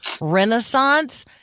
Renaissance